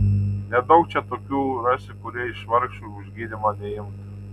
nedaug čia tokių rasi kurie iš vargšų už gydymą neimtų